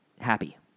happy